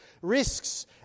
Risks